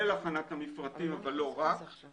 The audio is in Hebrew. כן, הוא פורסם, אבל לא במתכונת של הצו הנוכחי.